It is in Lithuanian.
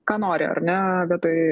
ką nori ar ne vietoj